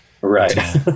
Right